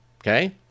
okay